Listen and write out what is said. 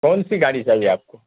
کون سی گاڑی چاہیے آپ کو